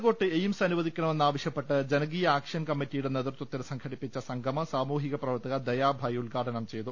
കാസർകോട്ട് എയിംസ് അനുവദിക്കണമെന്നാവശ്യപ്പെട്ട് ജന കീയ ആക്ഷൻ കമ്മിറ്റിയുടെ നേതൃത്വത്തിൽ സംഘടിപ്പിച്ച സംഗമം സാമൂഹിക പ്രവർത്തക ദയാഭായ് ഉദ്ഘാടനം ചെയ്തു